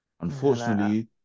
Unfortunately